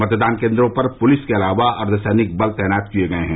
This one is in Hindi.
मतदान केन्द्रों पर पुलिस के अलावा अर्द्वसैनिक बल तैनात किये गये हैं